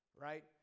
right